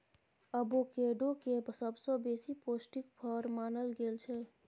avocado केँ सबसँ बेसी पौष्टिक फर मानल गेल छै